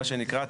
מה שנקרא,